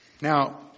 Now